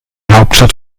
hauptstadt